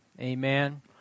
Amen